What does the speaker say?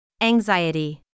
Anxiety